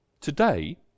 Today